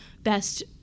best